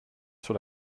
sur